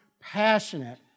passionate